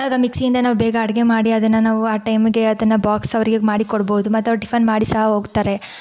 ಆಗ ಮಿಕ್ಸಿಯಿಂದ ನಾವು ಬೇಗ ಅಡುಗೆ ಮಾಡಿ ಅದನ್ನು ನಾವು ಆ ಟೈಮ್ಗೆ ಅದನ್ನು ಬಾಕ್ಸ್ ಅವರಿಗೆ ಮಾಡಿ ಕೊಡ್ಬೋದು ಮತ್ತೆ ಅವರು ಟಿಫನ್ ಮಾಡಿ ಸಹ ಹೋಗ್ತಾರೆ